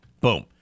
Boom